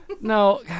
No